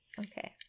Okay